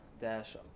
Dash